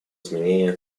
изменения